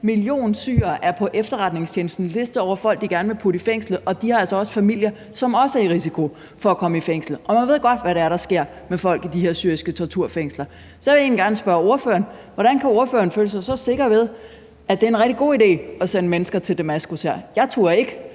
million syrere er på efterretningstjenestens liste over folk, de gerne vil putte i fængsel, og de har altså også familier, som også er i risiko for at komme i fængsel, og man ved godt, hvad det er, der sker med folk i de her syriske torturfængsler. Så jeg vil egentlig gerne spørge ordføreren om noget: Hvordan kan ordføreren føle sig så sikker på, at det er en rigtig god idé at sende mennesker til Damaskus her? Jeg turde ikke